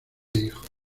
hijos